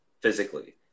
physically